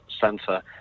Center